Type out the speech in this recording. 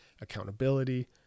accountability